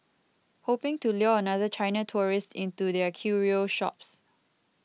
hoping to lure another China tourist into their curio shops